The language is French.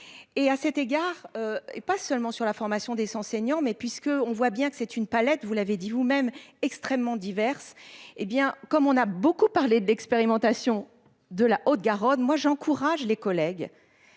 et à cet égard et pas seulement sur la formation des 100 seniors mais puisqu'on voit bien que c'est une palette, vous l'avez dit vous-même extrêmement diverses. Eh bien comme on a beaucoup parlé d'expérimentation de la Haute-Garonne. Moi j'encourage les collègues.